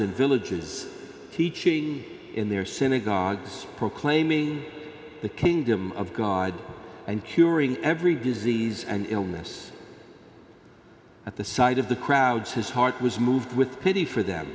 and villages teaching in their synagogues proclaiming the kingdom of god and curing every disease and illness at the side of the crowds his heart was moved with pity for them